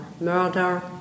murder